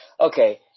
Okay